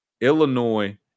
Illinois